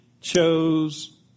chose